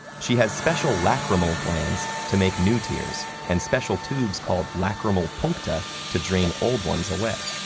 she has special lacrimal glands to make new tears and special tubes, called lacrimal puncta, to drain old ones away.